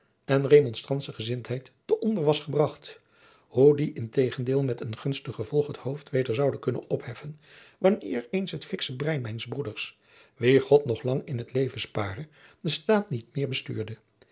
en remonstrantsgezindheid te onder was gebracht hoe die integendeel met een gunstig gevolg het hoofd weder zoude kunnen opheffen wanneer eens het fiksche brein mijns broeders wien god nog lang in t leven spare den staat niet meer bestuurde